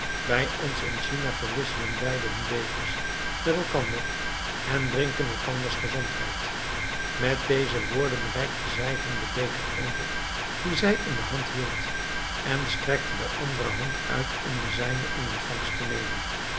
bij ons in china verwisselen beiden hun bekers met elkander en drinken elkanders gezondheid met deze woorden reikte zij hem den beker over dien zij in de hand hield en strekte de andere hand uit om den zijnen in ontvangst te nemen